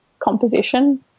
composition